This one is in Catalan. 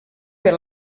per